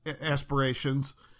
aspirations